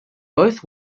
both